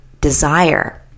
desire